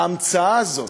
ההמצאה הזאת,